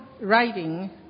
writing